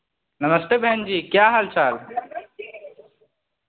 नमस्ते बहन जी क्या हाल चाल